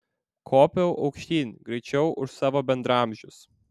kopiau aukštyn greičiau už savo bendraamžius